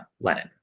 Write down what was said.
Lenin